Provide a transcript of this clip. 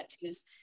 tattoos